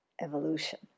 evolution